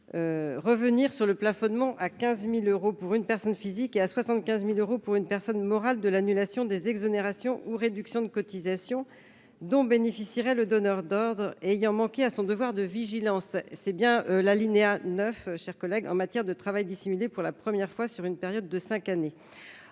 revenir sur le plafonnement à 15 000 euros pour une personne physique et à 75 000 euros pour une personne morale de l'annulation des exonérations ou réductions de cotisations sociales dont bénéficierait le donneur d'ordre ayant manqué à son devoir de vigilance en matière de travail dissimulé pour la première fois sur une période de cinq années.